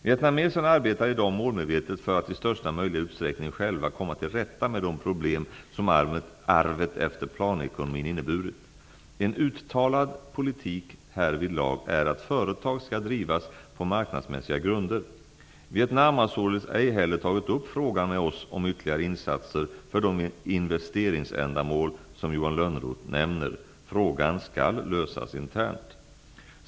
Vietnameserna arbetar i dag målmedvetet för att i största möjliga utsträckning själva komma till rätta med de problem som arvet efter planekonomin inneburit. En uttalad politik härvidlag är att företag skall drivas på marknadsmässiga grunder. Vietnam har således ej heller tagit upp frågan med oss om ytterligare insatser för de investeringsändamål som Johan Lönnroth nämner. Frågan skall lösas internt.